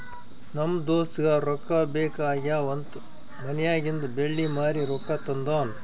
ನಮ್ ದೋಸ್ತಗ ರೊಕ್ಕಾ ಬೇಕ್ ಆಗ್ಯಾವ್ ಅಂತ್ ಮನ್ಯಾಗಿಂದ್ ಬೆಳ್ಳಿ ಮಾರಿ ರೊಕ್ಕಾ ತಂದಾನ್